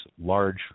large